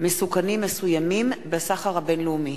מסוכנים מסוימים בסחר הבין-לאומי.